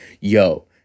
yo